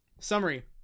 Summary